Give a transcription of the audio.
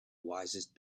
wisest